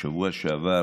בשבוע שעבר